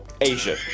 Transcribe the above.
Asia